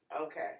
Okay